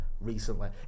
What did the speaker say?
recently